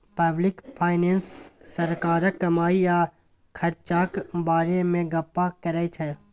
public finance सरकारक कमाई आ खरचाक बारे मे गप्प करै छै